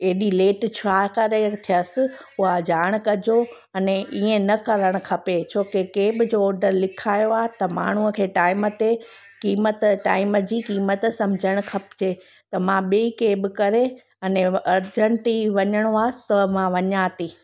हेॾी लेट छा करे थियसि उहा ॼाण कजो अने ईअं न करणु खपे छो की केब जो ऑडर लिखायो त माण्हूअ खे टाइम ते क़ीमत टाइम जी क़ीमत सम्झणु खपिजे त मां ॿी कैब करे अने उहो अरजैंट ई वञिणो आहे त मां वञा थी